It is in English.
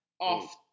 off